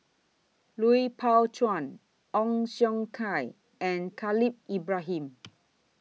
Lui Pao Chuen Ong Siong Kai and Khalil Ibrahim